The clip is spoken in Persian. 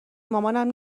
مامانم